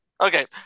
Okay